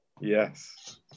Yes